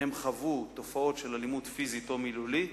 הם חוו תופעות של אלימות פיזית או מילולית,